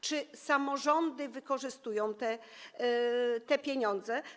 Czy samorządy wykorzystują te pieniądze?